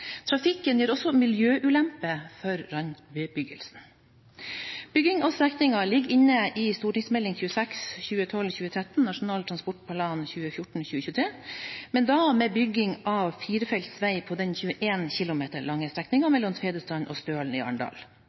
Trafikken gir også miljøulemper for randbebyggelsen. Byggingen av strekningen ligger inne i Meld. St. 26 for 2012–2013, Nasjonal transportplan 2014–2023, men da med bygging av firefelts veg på den 21 km lange strekningen mellom Tvedestrand og Stølen i Arendal.